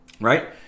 Right